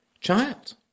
child